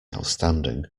outstanding